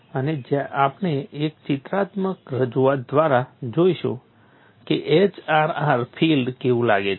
અને આપણે એક ચિત્રાત્મક રજૂઆત દ્વારા જોઈશું કે HRR ફીલ્ડ કેવું લાગે છે